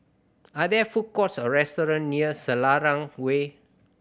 are there food courts or restaurant near Selarang Way